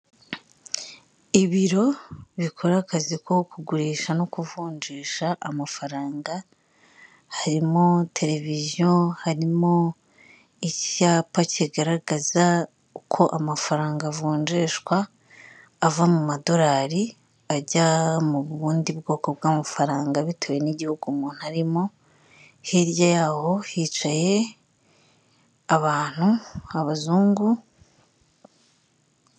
Ibiro bikora akazi ko kugurisha no kuvunjisha amafaranga harimo televiyo harimo icyapa kigaragaza uko amafaranga avunjishwa ava mu madorari ajya mu bundi bwoko bw'amafaranga bitewe n'igihugu umuntu arimo hirya yaho hicaye abantu abazungu.